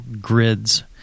grids